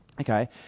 Okay